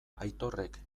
aitorrek